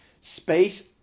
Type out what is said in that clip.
space